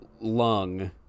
lung